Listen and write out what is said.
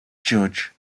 judge